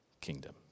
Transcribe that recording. kingdom